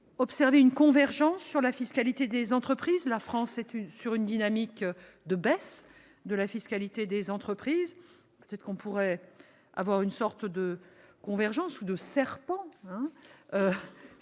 observer une convergence en matière de fiscalité des entreprises ? La France est sur une dynamique de baisse de la fiscalité des entreprises. Ne peut-on envisager une sorte de convergence ou de serpent